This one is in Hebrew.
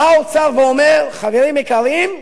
בא האוצר ואומר: חברים יקרים,